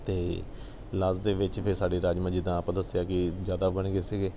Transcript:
ਅਤੇ ਲਾਸਟ ਦੇ ਵਿੱਚ ਫਿਰ ਸਾਡੇ ਰਾਜਮਾਂਹ ਜਿੱਦਾਂ ਆਪਾਂ ਦੱਸਿਆ ਕਿ ਜ਼ਿਆਦਾ ਬਣ ਗਏ ਸੀਗੇ